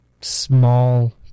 small